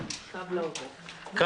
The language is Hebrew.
ככל שאין להם ימי מחלה.